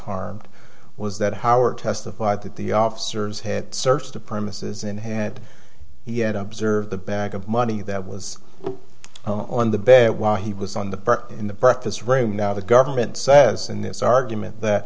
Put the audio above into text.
harmed was that howard testified that the officers had searched the premises and had he had observed the bag of money that was on the bed while he was on the bar in the practice room now the government says in this argument that